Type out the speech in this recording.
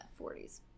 40s